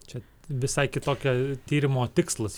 čia visai kitokia tyrimo tikslas